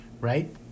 Right